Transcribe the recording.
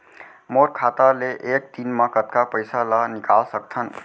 मोर खाता ले एक दिन म कतका पइसा ल निकल सकथन?